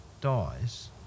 dies